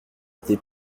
été